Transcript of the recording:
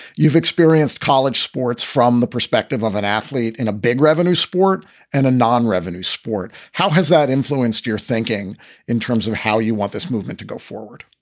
you've experienced college sports from the perspective of an athlete in a big revenue sport and a nonrevenue sport. how has that influenced your thinking in terms of how you want this movement to go forward?